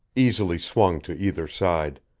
easily swung to either side.